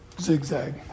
zigzag